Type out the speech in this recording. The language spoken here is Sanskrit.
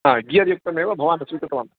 गियर् युक्तमेव भवान् स्वीकृतवान्